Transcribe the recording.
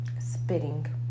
Spitting